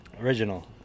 Original